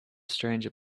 stranger